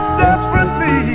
desperately